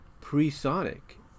pre-Sonic